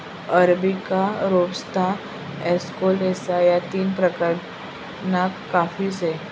arabica, robusta, excelsa या तीन प्रकारना काफी से